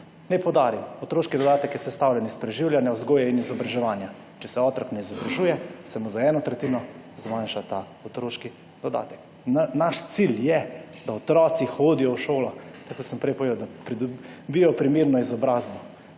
Naj poudarim, otroški dodatek je sestavljen iz preživljanja, vzgoje in izobraževanja. Če se otrok ne izobražuje, se mu za eno tretjino zmanjša ta otroški dodatek. Naš cilj je, da otroci hodijo v šolo. Tako kot sem prej povedal, da pridobijo primerno izobrazbo,